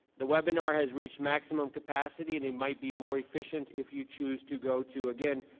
the webinar has reached maximum capacity and it might be more efficient if you choose to go to again,